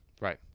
right